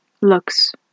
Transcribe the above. looks